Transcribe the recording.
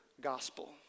gospel